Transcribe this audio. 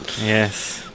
Yes